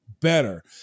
better